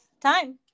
time